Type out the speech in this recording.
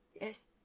Yes